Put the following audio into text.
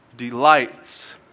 Delights